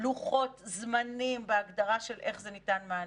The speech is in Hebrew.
לוחות זמנים והגדרה של איך ניתן מענה,